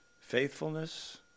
faithfulness